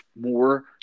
more